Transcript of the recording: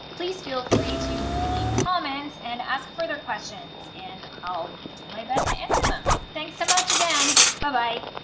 please feel free to leave comments and ask further questions and i'll do my best to answer them. thanks so much again bye-bye!